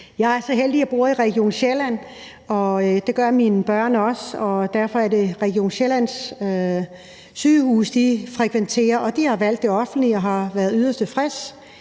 Jeg er så heldig, at jeg bor i Region Sjælland, og det gør mine børn også, så derfor er det Region Sjællands sygehuse, de frekventerer, og de har valgt det offentlige og har været yderst